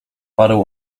parę